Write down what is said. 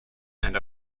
and